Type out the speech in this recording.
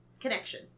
connection